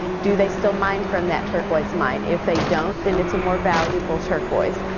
do they still mine from that turquoise mine. if they don't, then it's a more valuable turquoise,